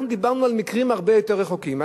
אנחנו דיברנו על מקרים הרבה יותר רחוקים.